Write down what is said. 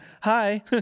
Hi